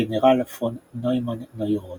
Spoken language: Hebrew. גנרל פון נוימן-נוירודה